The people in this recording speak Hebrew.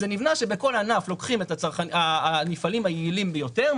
זה נבנה שבכל ענף לוקחים את המפעלים היעילים ביותר,